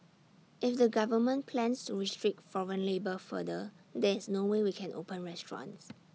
if the government plans to restrict foreign labour further there is no way we can open restaurants